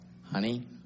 honey